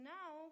now